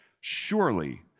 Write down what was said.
surely